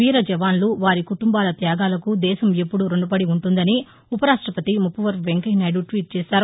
వీర జవాన్లు వారి కుటుంబాల త్యాగాలకు దేశం ఎప్పుడూ రుణపడి ఉంటుందని ఉపరాష్టపతి ముప్పవరపు వెంకయ్యనాయుడు ట్వీట్ చేశారు